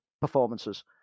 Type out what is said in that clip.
performances